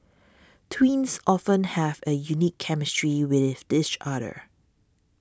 twins often have a unique chemistry with each other